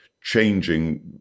changing